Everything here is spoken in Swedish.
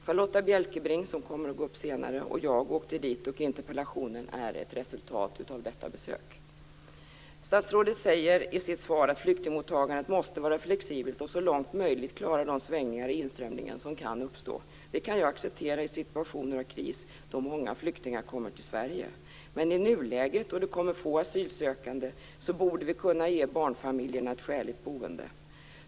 Charlotta L Bjälkebring, som kommer att gå upp senare i debatten, och jag åkte dit, och interpellationen är ett resultat av detta besök. Statsrådet säger i sitt svar att flyktingmottagandet måste vara flexibelt och så långt som möjligt klara de svängningar i inströmningen som kan uppstå. Det kan jag acceptera i situationer av kris då många flyktingar kommer till Sverige. Men i nuläget, då det kommer få asylsökande, borde vi kunna ge barnfamiljerna ett skäligt boende.